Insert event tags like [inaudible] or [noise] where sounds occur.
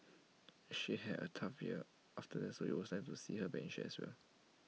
she had A tough year after that so [unintelligible] to see her back in shape as well